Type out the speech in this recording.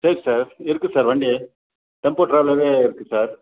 சரி சார் இருக்கு சார் வண்டி டெம்போ ட்ராவலரே இருக்கு சார்